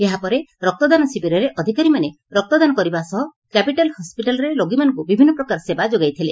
ଏହାପରେ ରକ୍ତଦାନ ଶିବିରରେ ଅଧିକାରୀମାନେ ରକ୍ତଦାନ କରିବା ସହ କ୍ୟାପିଟାଲ୍ ହସିଟାଲ୍ରେ ରୋଗୀମାନଙ୍କୁ ବିଭିନ୍ନ ପ୍ରକାର ସେବା ଯୋଗାଇ ଥିଲେ